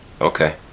okay